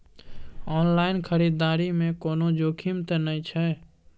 Online खरीददारी में कोनो जोखिम त नय छै?